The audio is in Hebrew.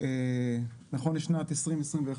נכון לשנת 2021,